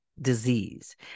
disease